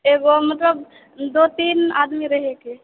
एगो मतलब दो तीन आदमी रहयके